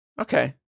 okay